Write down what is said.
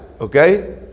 Okay